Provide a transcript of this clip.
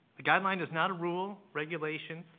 the guideline is not a rule, regulation,